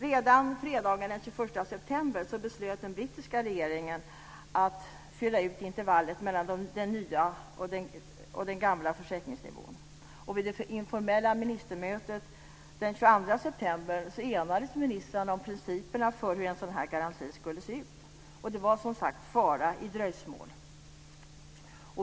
Redan fredagen den 21 september beslöt den brittiska regeringen att fylla ut intervallet mellan den nya och den gamla försäkringsnivån. Vid det informella ministermötet den 22 september enades ministrarna om principerna för hur en sådan garanti skulle se ut. Det låg en fara i ett dröjsmål.